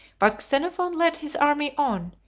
but xenophon led his army on,